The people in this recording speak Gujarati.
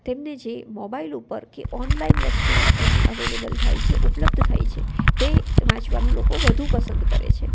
તેમને જે મોબાઈલ ઉપર કે ઓનલાઈન વસ્તુ એમને અવેલેબલ થાય છે ઉપલબ્ધ થાય છે તે વાંચવાનું લોકો વધુ પસંદ કરે છે